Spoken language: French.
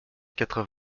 quatre